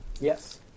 Yes